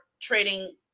trading